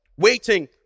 waiting